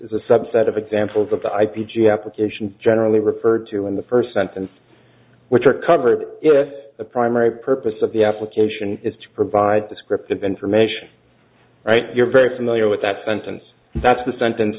is a subset of examples of the i p g application generally referred to in the first sentence which are covered with a primary purpose of the application is to provide descriptive information right you're very familiar with that sentence that's the sentence